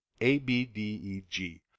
abdeg